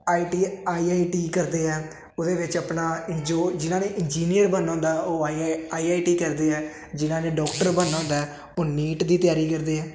I T I I T ਕਰਦੇ ਹਾਂ ਉਹਦੇ ਵਿੱਚ ਆਪਣਾ ਜੋ ਜਿਨ੍ਹਾਂ ਨੇ ਇੰਜੀਨੀਅਰ ਬਣਨਾ ਹੁੰਦਾ ਉਹ ਆਈ ਆਈ ਟੀ ਕਰਦੇ ਹੈ ਜਿਨ੍ਹਾਂ ਨੇ ਡਾਕਟਰ ਬਣਨਾ ਹੁੰਦਾ ਹੈ ਉਹ ਨੀਟ ਦੀ ਤਿਆਰੀ ਕਰਦੇ ਹੈ